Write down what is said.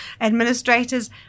administrators